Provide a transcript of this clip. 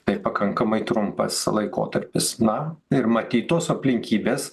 tai pakankamai trumpas laikotarpis na ir matytos aplinkybės